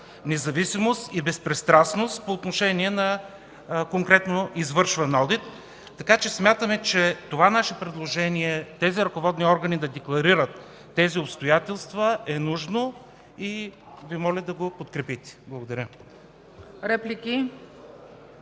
независимост и безпристрастност по отношение на конкретно извършван одит. Смятаме, че предложението ни тези ръководни органи да декларират тези обстоятелства е нужно и Ви моля да го подкрепите. Благодаря.